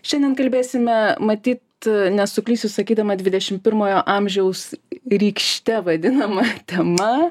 šiandien kalbėsime matyt nesuklysiu sakydama dvidešim pirmojo amžiaus rykšte vadinama tema